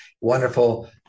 wonderful